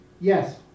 Yes